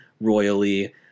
royally